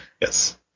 Yes